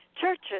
churches